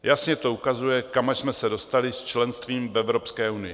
Jasně to ukazuje, kam až jsme se dostali s členstvím v Evropské unii.